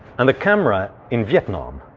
and the camera in vietnam.